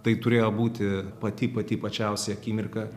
tai turėjo būti pati pati pačiausia akimirka